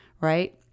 right